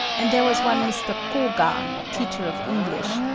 and there was one mr. koga, teacher of english,